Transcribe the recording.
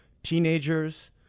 Teenagers